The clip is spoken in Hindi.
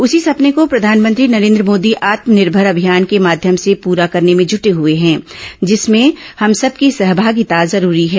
उसी सपने को प्रधानमंत्री नरेन्द्र मोदी आत्मनिर्भर अभियान के माध्यम से पूरा करने में जुटे हुए हैं जिसमें हम सबकी सहभागिता जरूरी है